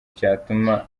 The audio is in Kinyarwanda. cyatuma